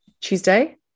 Tuesday